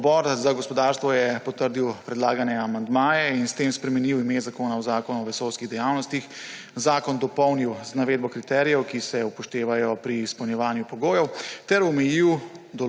Odbor za gospodarstvo je potrdil predlagane amandmaje in s tem spremenil ime zakona v Zakon o vesoljskih dejavnostih, zakon dopolnil z navedbo kriterijev, ki se upoštevajo pri izpolnjevanju pogojev, ter omejil